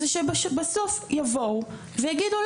זה שבסוף יבואו ויגידו,